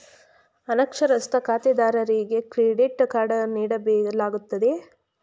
ಅನಕ್ಷರಸ್ಥ ಖಾತೆದಾರರಿಗೆ credit card ನೀಡಲಾಗುತ್ತದೆಯೇ?